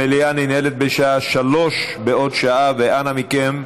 המליאה ננעלת בשעה 15:00, בעוד שעה, ואנא מכם,